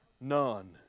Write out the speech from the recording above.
none